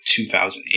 2008